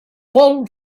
paul